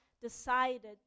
decided